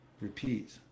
repeat